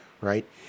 right